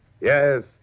Yes